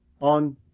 on